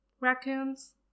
raccoons